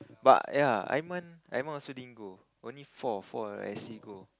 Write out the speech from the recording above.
but ya Iman Iman also didn't go only four four I_C go